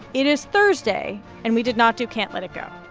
it is thursday, and we did not do can't let it go.